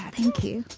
thank you